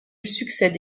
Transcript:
succède